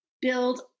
build